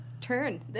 turn